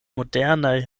modernaj